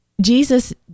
Jesus